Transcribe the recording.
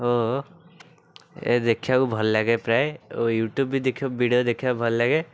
ଓ ଦେଖିବାକୁ ଭଲଲାଗେ ପ୍ରାୟେ ଓ ୟୁଟ୍ୟୁବ୍ ବି ଦେଖିବାକୁ ଭିଡ଼ିଓ ଦେଖିବାକୁ ଭଲ ଲାଗେ